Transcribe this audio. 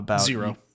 Zero